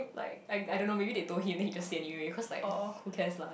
like I I don't know maybe they told him then he just say anyway cause like who cares lah ya